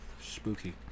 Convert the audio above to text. Spooky